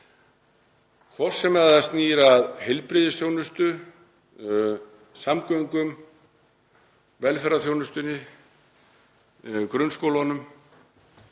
hvort sem það snýr að heilbrigðisþjónustu, samgöngum, velferðarþjónustunni, grunnskólunum,